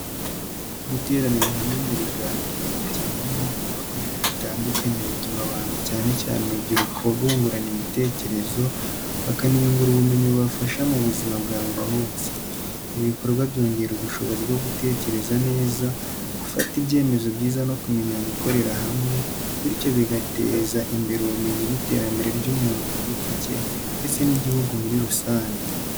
Guteranira hamwe mu biganiro cyangwa amahugurwa ku bintu bitandukanye bituma abantu, cyane cyane urubyiruko, bungurana ibitekerezo bakaniyungura ubumenyi bubafasha mu buzima bwa buri munsi. Ibi bikorwa byongera ubushobozi bwo gutekereza neza, gufata ibyemezo byiza no kumenya gukorera hamwe, bityo bigateza imbere ubumenyi n’iterambere ry’umuntu ku giti cye ndetse n’igihugu muri rusange.